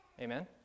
Amen